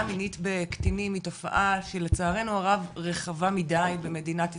מינית בקטינים היא תופעה שלצערנו הרב רחבה מדי במדינת ישראל,